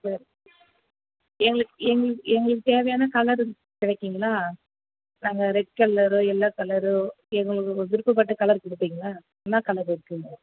இப்போ எங்களுக்கு எங்களுக்கு எங்களுக்கு தேவையான கலரு கிடைக்குங்களா அந்த ரெட் கலரோ எல்லோ கலரோ எங்களுக்கு விருப்பப்பட்ட கலர் கொடுப்பீங்களா என்ன கலரு இருக்குதுங்க